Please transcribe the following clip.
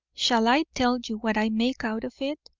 shall i tell you what i make out of it?